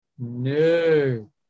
No